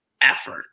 effort